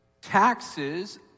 taxes